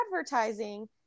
advertising